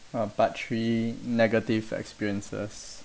uh part three negative experiences